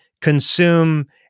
consume